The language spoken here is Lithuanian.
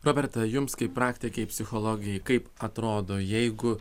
roberta jums kaip praktikei psichologei kaip atrodo jeigu